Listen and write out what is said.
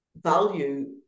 value